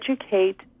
educate